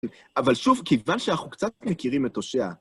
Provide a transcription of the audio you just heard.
אבל שוב, כיוון שאנחנו קצת מכירים את עושייה...